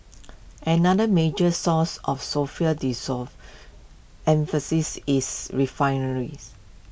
another major source of sulphur dissolve emphasis is refineries